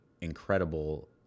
incredible